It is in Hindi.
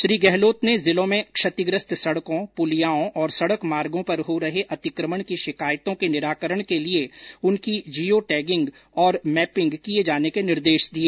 श्री गहलोत ने जिलों में क्षतिग्रस्त सड़कों पुलियाओं और सड़क मार्गो पर हो रहे अतिक्रमण की शिकायतों के निराकरण के लिए उनकी जियो टैगिंग और मैपिंग किए जाने के निर्देश दिए